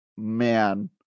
man